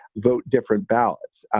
vote different ballots.